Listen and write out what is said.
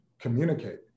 communicate